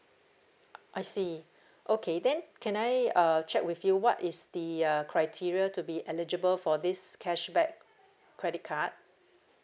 I see okay then can I uh check with you what is the uh criteria to be eligible for this cashback credit card